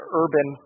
urban